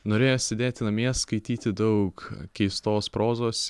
norėjo sėdėti namie skaityti daug keistos prozos